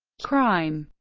crime